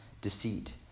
deceit